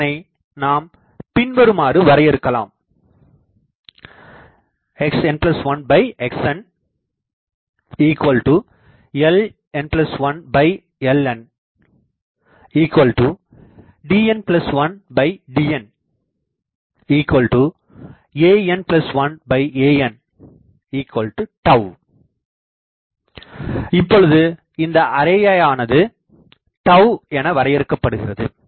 இதனை நாம் பின்வருமாறு வரையறுக்கலாம் Xn1XnLn1Lndn1dnan1an இப்பொழுது இந்த அரேயானது வரையறுக்கப்படுகிறது